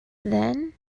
then